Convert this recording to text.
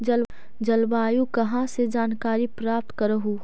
जलवायु कहा से जानकारी प्राप्त करहू?